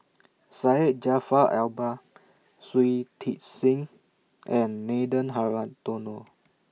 Syed Jaafar Albar Shui Tit Sing and Nathan Hartono